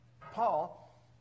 Paul